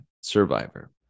Survivor